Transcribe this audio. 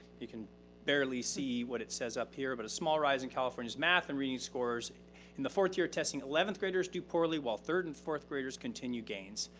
you can barely see what it says up here, but a small rise in california's math and reading scores in the fourth year of testing, eleventh graders do poorly while third and fourth graders continue gains.